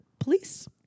Police